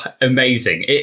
Amazing